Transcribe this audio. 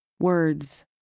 Words